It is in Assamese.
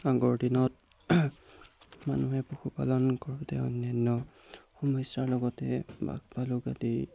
আগৰ দিনত মানুহে পশুপালন কৰোঁতে অন্যান্য সমস্যাৰ লগতে বাঘ ভালুক আদি